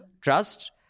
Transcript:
Trust